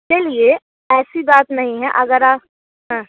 चलिए ऐसी बात नहीं है अगर आप हाँ